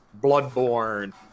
Bloodborne